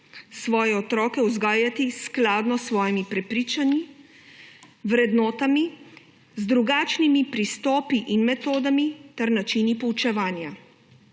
svoje otroke vzgajati skladno s svojimi prepričanji, vrednotami, z drugačnimi pristopi in metodami ter načini poučevanja.